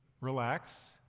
Relax